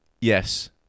Yes